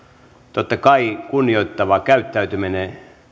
totta kai jokaisen kunnioittava käyttäytyminen